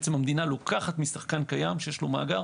המדינה לוקחת משחקן קיים שיש לו מאגר,